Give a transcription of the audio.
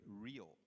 real